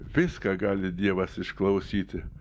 viską gali dievas išklausyti